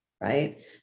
right